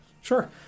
Sure